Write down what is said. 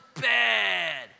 bad